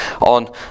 on